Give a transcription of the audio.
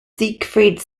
siegfried